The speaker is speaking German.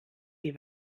die